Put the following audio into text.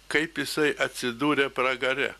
kaip jisai atsidūrė pragare